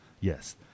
Yes